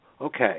okay